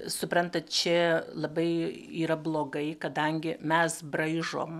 suprantat čia labai yra blogai kadangi mes braižom